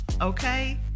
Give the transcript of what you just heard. Okay